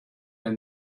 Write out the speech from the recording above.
and